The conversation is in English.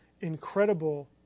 incredible